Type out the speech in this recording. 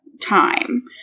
time